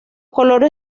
colores